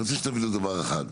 אני רוצה שתבינו דבר אחד.